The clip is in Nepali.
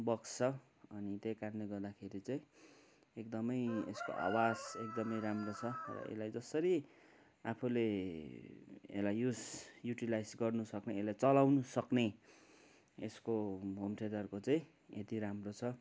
बक्स छ त्यही कारणले गर्दाखेरि चाहिँ एकदमै यसको आवाज एकदमै राम्रो छ यसलाई जसरी आफूले यसलाई युज युटिलाइज गर्नु सक्ने यसलाई चलाउनु सक्ने यसको होम थिएटरको चाहिँ यति राम्रो छ